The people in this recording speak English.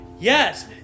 Yes